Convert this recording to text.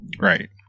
Right